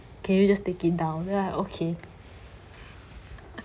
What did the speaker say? can you just take it down then I okay